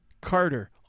Carter